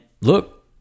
look